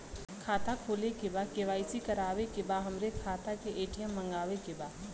खाता खोले के बा के.वाइ.सी करावे के बा हमरे खाता के ए.टी.एम मगावे के बा?